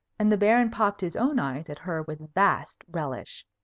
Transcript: and the baron popped his own eyes at her with vast relish.